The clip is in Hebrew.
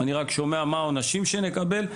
אני רק שומע מה העונשים שנקבל.